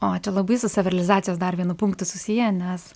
o čia labai su savirealizacijos dar vienu punktu susiję nes